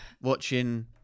watching